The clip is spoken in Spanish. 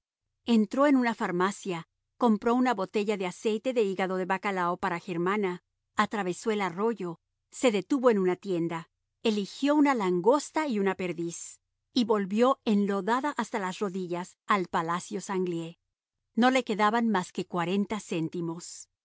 entró en una farmacia compró una botella de aceite de hígado de bacalao para germana atravesó el arroyo se detuvo en una tienda eligió una langosta y una perdiz y volvió enlodada hasta las rodillas al palacio sanglié no le quedaban más que cuarenta céntimos